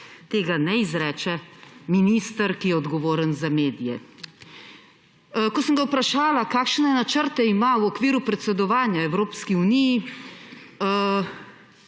Tega ne izreče minister, ki je odgovoren za medije. Ko sem ga vprašala, kakšne načrte ima kulturno ministrstvo v okviru predsedovanja Evropski uniji,